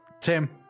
Tim